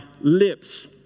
lips